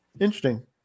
Interesting